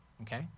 okay